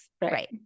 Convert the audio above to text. Right